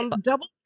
double